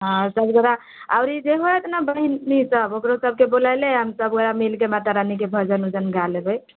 हँ ओकरा आओर ई जेहो हैत ने बहीनीसभ ओकरोसभके बुलैले आयब सभ गोटाए मिलि कऽ मातारानीके भजन ओजन गा लेबै